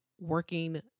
working